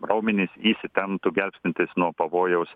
raumenys įsitemptų gelbstintis nuo pavojaus